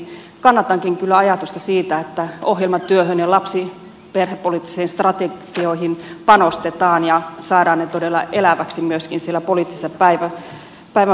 kannatankin kyllä ajatusta siitä että ohjelmatyöhön ja lapsiperhepoliittisiin strategioihin panostetaan ja saadaan ne todella eläviksi myöskin siellä päivän poliittisissa toimissa